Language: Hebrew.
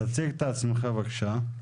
תציג את עצמך בקשה.